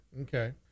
okay